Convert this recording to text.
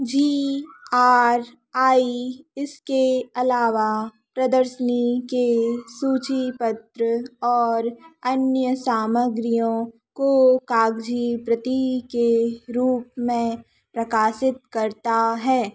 ji R I इसके अलावा प्रदर्शनी के सूचीपत्र और अन्य सामग्रियों को काग़जी प्रति के रूप में प्रकाशित करता है